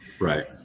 Right